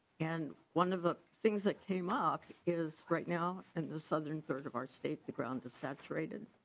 and one of the things that came up is right now and the southern third of our state the ground is saturated.